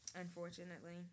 Unfortunately